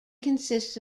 consists